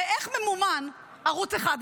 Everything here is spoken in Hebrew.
הרי איך ממומן ערוץ 11,